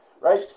right